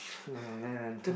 uh then I